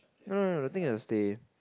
no no no the thing is they